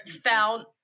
found